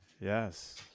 yes